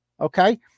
Okay